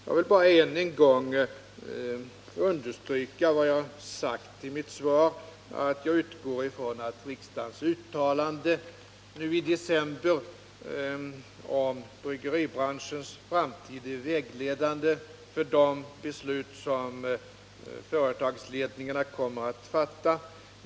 Jag vill bara än en gång understryka vad jag sagt i mitt svar, nämligen att jag utgår från att riksdagens uttalande i december om bryggeribranschens framtid är vägledande för de beslut som företagsledningarna kommer att fatta.